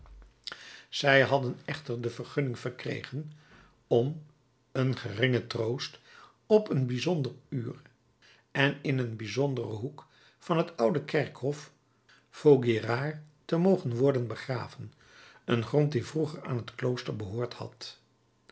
zij hadden echter de vergunning verkregen om een geringe troost op een bijzonder uur en in een bijzonderen hoek van het oude kerkhof vaugirard te mogen worden begraven een grond die vroeger aan het klooster behoord had